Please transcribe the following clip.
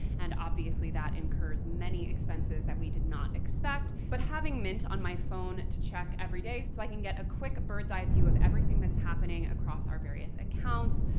and obviously, that incurs many expenses that we did not expect. but having mint on my phone to check every day so i can get a quick bird's eye view of everything that's happening across our various accounts,